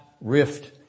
rift